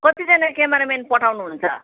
कतिजना क्यामेरामेन पठाउनुहुन्छ